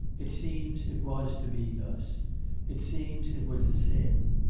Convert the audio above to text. it seems it was to be thus it seems it was a sin.